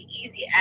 easy